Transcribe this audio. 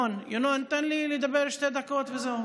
אתה רוצה הכול בבת אחת?